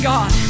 God